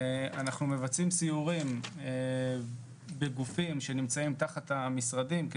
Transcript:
אנחנו מבצעים סיורים בגופים שנמצאים תחת המשרדים,